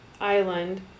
island